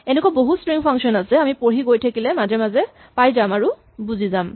এনেকুৱা বহুত string function আছে আমি পঢ়ি গৈ থাকোতে মাজে মাজে পাই যাম আৰু বুজি যাম